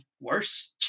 worse